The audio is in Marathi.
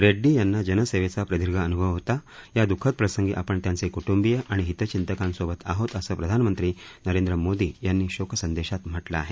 रेड्डी यांना जनसेवेचा प्रदीर्घ अनुभव होता या द्ःखद प्रसंगी आपण त्यांचे क्टूंबिय आणि हितचितकांसोबत आहोत असं प्रधानमंत्री नरेंद्र मोदी यांनी शोक संदेशात म्हटलं आहे